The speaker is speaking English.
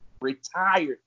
retired